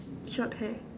short hair